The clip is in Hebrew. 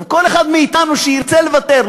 כל אחד מאתנו שירצה לוותר,